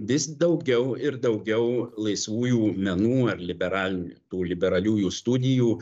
vis daugiau ir daugiau laisvųjų menų ar liberalinių tų liberaliųjų studijų